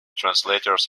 translations